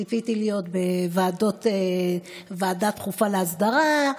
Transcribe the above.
ציפיתי להיות בוועדה דחופה להסדרה,